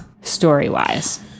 story-wise